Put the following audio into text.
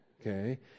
okay